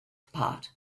part